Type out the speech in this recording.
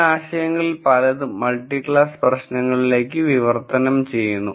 ഈ ആശയങ്ങളിൽ പലതും മൾട്ടി ക്ലാസ് പ്രശ്നങ്ങളിലേക്ക് വിവർത്തനം ചെയ്യുന്നു